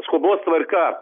skubos tvarka